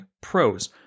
pros